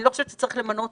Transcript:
אני לא חושבת שצריך למנות...